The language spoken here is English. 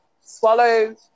swallow